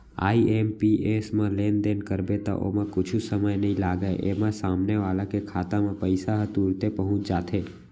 IMPS म लेनदेन करबे त ओमा कुछु समय नइ लागय, एमा सामने वाला के खाता म पइसा ह तुरते पहुंच जाथे